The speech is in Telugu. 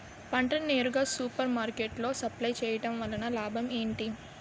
పంట ని నేరుగా సూపర్ మార్కెట్ లో సప్లై చేయటం వలన లాభం ఏంటి?